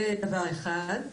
זה דבר אחד.